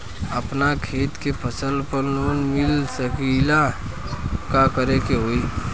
अपना खेत के फसल पर लोन मिल सकीएला का करे के होई?